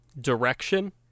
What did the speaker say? Direction